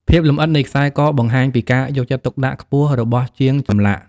ភាពលម្អិតនៃខ្សែកបង្ហាញពីការយកចិត្តទុកដាក់ខ្ពស់របស់ជាងចម្លាក់។